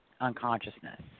unconsciousness